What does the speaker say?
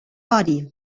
body